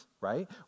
right